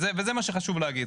וזה מה שחשוב להגיד.